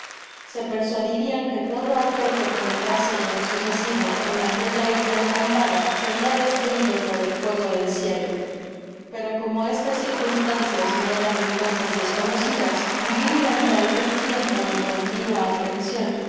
se persuadirian que todo aquel que penetrase en lo sucesivo en aquella isla encantada seria destruido por el fuego del cielo pepo como estas circunstancias me eran entonces desconocidas vivi dorante algún tiempo en continua aprension